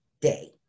day